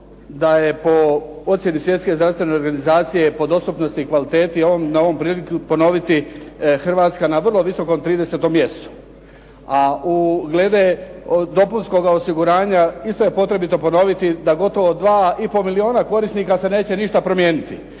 da je po ocjeni Svjetske zdravstvene organizacije po dostupnosti i kvaliteti ovom prilikom ponoviti Hrvatska na vrlo visokom 30-om mjestu. A glede dopunskog osiguranja isto je potrebito ponoviti da gotovo 2,5 milijuna korisnika se neće ništa promijeniti.